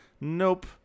Nope